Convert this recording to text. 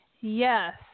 Yes